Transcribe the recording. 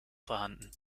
vorhanden